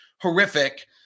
horrific